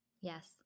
Yes